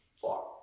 four